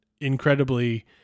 incredibly